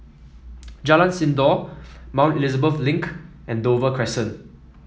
Jalan Sindor Mount Elizabeth Link and Dover Crescent